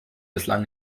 bislang